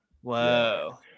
Whoa